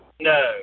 No